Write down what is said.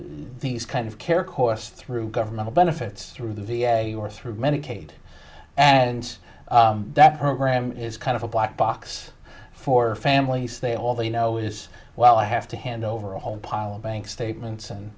these kind of care costs through governmental benefits through the v a or through medicaid and that program is kind of a black box for families they all they know is well i have to hand over a whole pile of bank statements and